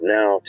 Now